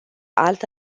alt